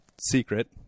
Secret